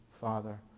Father